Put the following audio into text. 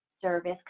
service